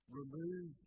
remove